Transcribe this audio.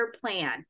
plan